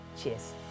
Cheers